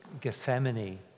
Gethsemane